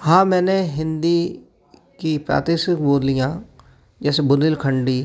हाँ मैंने हिंदी की प्रादेशिक बोलियां जैसे बुंदेलखंडी